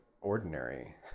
ordinary